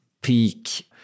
peak